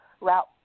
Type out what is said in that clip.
route